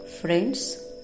Friends